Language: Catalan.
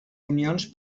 unions